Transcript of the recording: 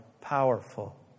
powerful